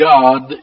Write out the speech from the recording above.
God